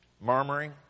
murmuring